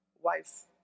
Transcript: wife